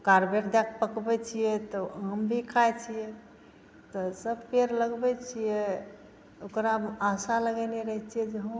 Corbett दएक पकबैत छियै तऽ आमभी खाइ छियै तऽ सब पेड़ लगबै छियै ओकरामे आशा लगैने रहैत छियै जे हँ